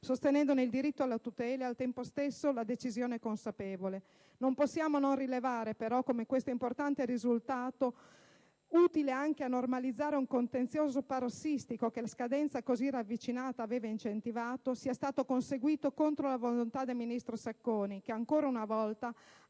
sostenendone il diritto alla tutela e, al tempo stesso, la decisione consapevole. Non possiamo non rilevare, però, come questo importante risultato, utile anche a normalizzare un contenzioso parossistico che la scadenza così ravvicinata aveva incentivato, sia stato conseguito contro la volontà del ministro Sacconi, che ancora una volta ha